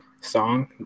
song